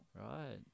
right